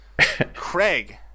Craig